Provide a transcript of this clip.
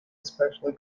especially